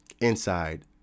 inside